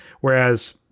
whereas